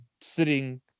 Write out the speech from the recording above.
sitting